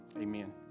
Amen